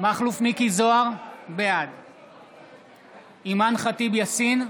מכלוף מיקי זוהר, בעד אימאן ח'טיב יאסין,